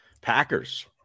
packers